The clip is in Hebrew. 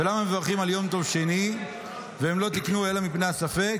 ולמה מברכין על יום טוב שני והם לא תיקנוהו אלא מפני הספק?